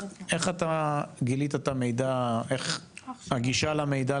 אין כמעט ילד שמגיע מברית המועצות במיוחד,